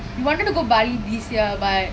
we wanted to go Bali this year but